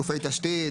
גופי תשתית,